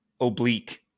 oblique